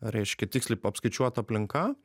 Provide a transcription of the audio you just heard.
reiškia tiksliai apskaičiuota aplinka